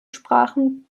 sprachen